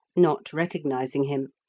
not recognising him.